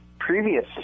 previous